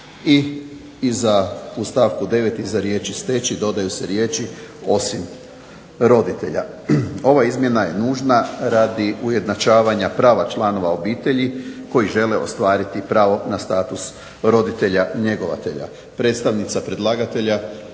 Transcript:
u stavku 9. iza riječi: "steći" dodaju se riječi: "osim roditelja". Ova izmjena je nužna radi ujednačavanja prava članova obitelji koji žele ostvariti pravo na status roditelja-njegovatelja. Predstavnica predlagatelja